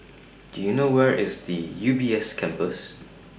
Do YOU know Where IS The U B S Campus